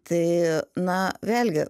tai na vėlgi